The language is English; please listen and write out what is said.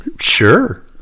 Sure